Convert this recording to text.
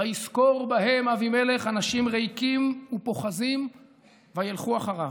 וישכֹּר בהם אבימלך אנשים ריקים ופֹחזים וילכו אחריו.